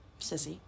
Sissy